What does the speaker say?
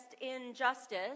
injustice